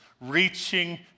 reaching